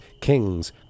kings